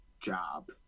job